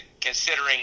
considering